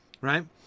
right